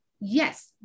yes